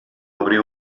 obrir